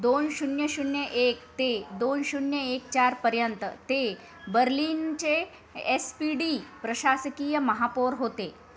दोन शून्य शून्य एक ते दोन शून्य एक चारपर्यंत ते बर्लिनचे एस पी डी प्रशासकीय महापौर होते